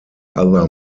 other